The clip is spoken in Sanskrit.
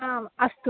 आम् अस्तु